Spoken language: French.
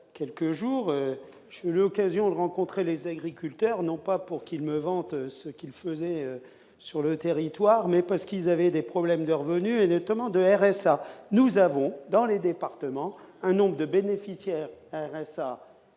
quelques jours, j'ai eu l'occasion de rencontrer des agriculteurs, non pas pour qu'ils se vantent de ce qu'ils font sur le territoire, mais parce qu'ils rencontraient des problèmes de revenus, notamment de RSA. De fait, dans les départements, le nombre d'agriculteurs bénéficiaires du